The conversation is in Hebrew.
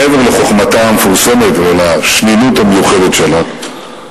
מעבר לחוכמתה המפורסמת והשנינות המיוחדת שלה.